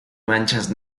manchas